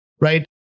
right